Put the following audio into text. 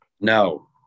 No